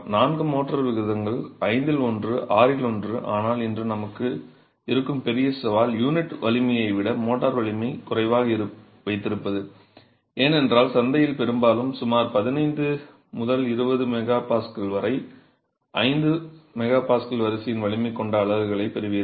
நான்கு மோர்ட்டார் விகிதங்கள் ஐந்தில் ஒன்று ஆறில் ஒன்று ஆனால் இன்று நமக்கு இருக்கும் பெரிய சவால் யூனிட் வலிமையை விட மோர்ட்டார் வலிமையை குறைவாக வைத்திருப்பது ஏனென்றால் சந்தையில் பெரும்பாலும் சுமார் 15 20 MPa வரை 5 MPa வரிசையின் வலிமை கொண்ட அலகுகளைப் பெறுவீர்கள்